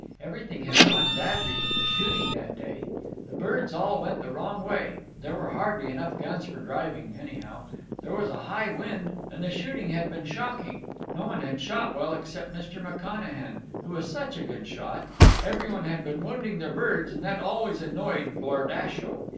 everything had gone badly with the shooting that day the birds all went the wrong way there were hardly enough guns for driving, anyhow there was a high wind, and the shooting had been shocking no one had shot well except mr. mcconachan, who is such a good shot every one had been wounding their birds, and that always annoyed lord ashiel.